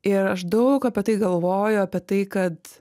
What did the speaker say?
ir aš daug apie tai galvoju apie tai kad